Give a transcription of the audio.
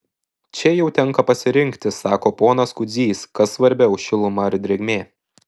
čia jau tenka pasirinkti sako ponas kudzys kas svarbiau šiluma ar drėgmė